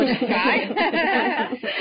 guy